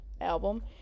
album